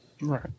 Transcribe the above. Right